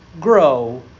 grow